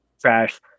trash